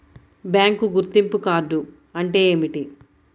Bank గుర్తింపు card అంటే ఏమిటి?